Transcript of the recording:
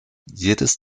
jedes